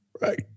right